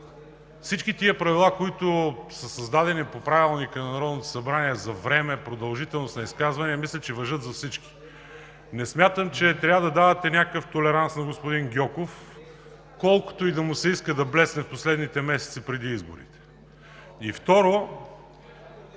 всички тези правила, които са създадени по Правилника на Народното събрание за време, продължителност на изказвания мисля, че важат за всички. Не смятам, че трябва да давате някакъв толеранс на господин Гьоков, колкото и да му се иска да блесне в последните месеци преди изборите. Второ,